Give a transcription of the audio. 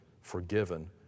forgiven